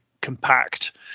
compact